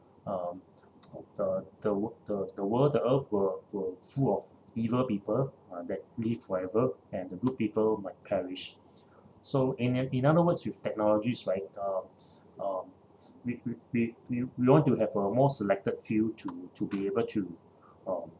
uh the the w~ the the world the earth will will full of evil people uh that live forever and the good people might perish so in o~ in other words with technologies right uh uh we we we we want to have uh more selected few to to be able to um